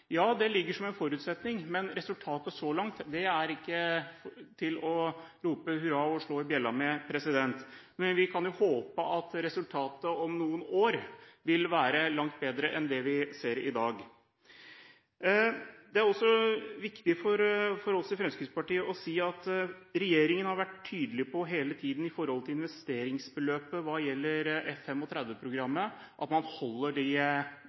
Ja, det ligger som en forutsetning, men resultatet så langt er ikke til å rope hurra for og slå i bjella med. Men vi kan håpe at resultatet om noen år vil være langt bedre enn det vi ser i dag. Det er også viktig for oss i Fremskrittspartiet å si at regjeringen hele tiden har vært tydelig på at man i forbindelse med investeringsbeløpet for F35-programmet, holder de